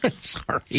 Sorry